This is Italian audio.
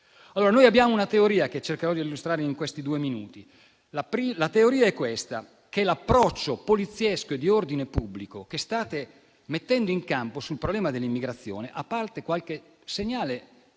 Noi abbiamo una teoria, che cercherò di illustrare nei pochi minuti che ho. La teoria riguarda l'approccio poliziesco e di ordine pubblico che state mettendo in campo sul problema dell'immigrazione, a parte qualche segnale